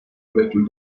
making